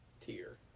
tier